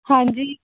ਹਾਂਜੀ